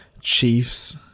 chiefs